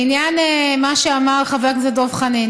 בעניין מה שאמר חבר הכנסת דב חנין,